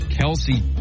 Kelsey